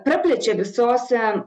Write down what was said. praplečia visose